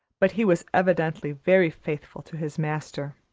but he was evidently very faithful to his master.